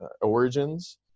origins